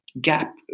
gap